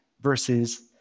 versus